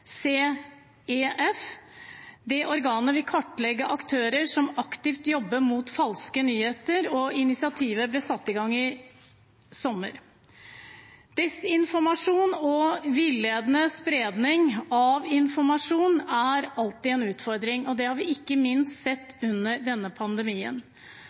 Det organet vil kartlegge aktører som aktivt jobber mot falske nyheter. Initiativet ble satt i gang i sommer. Desinformasjon og villedende spredning av informasjon er alltid en utfordring. Det har vi ikke minst sett under denne pandemien,